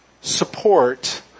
support